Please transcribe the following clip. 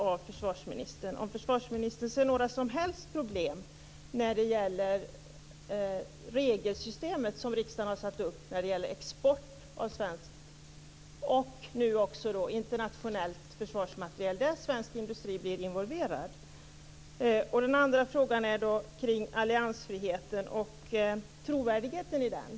Jag skulle vilja veta om försvarsministern ser några som helst problem när det gäller regelsystemet som riksdagen har satt upp för export av svensk försvarsmateriel och nu också internationell försvarsmateriel där svensk industri är involverad. En annan fråga rör trovärdigheten för alliansfriheten.